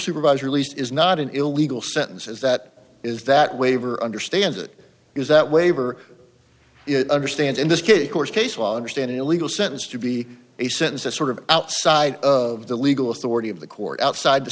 supervisor least is not an illegal sentence as that is that waiver understands it is that waiver it understand in this kid course case while understand illegal sentence to be a sentence that sort of outside of the legal authority of the court outside the